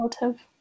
relative